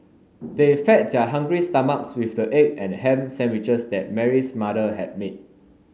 they fed their hungry stomachs with the egg and ham sandwiches that Mary's mother had made